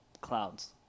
clouds